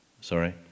Sorry